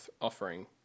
offering